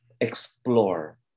explore